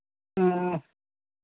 ह्म्म